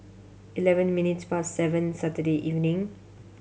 eleven minutes past seven Saturday evening